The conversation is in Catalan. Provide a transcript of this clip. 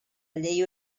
llei